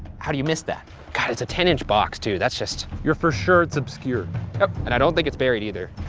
how do you miss that? god, it's a ten inch box, too, that's just. you're for sure it's obscured? nope, and i don't think it's buried either.